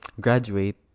graduate